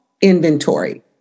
inventory